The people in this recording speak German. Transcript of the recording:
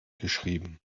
geschrieben